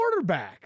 quarterbacks